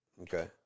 Okay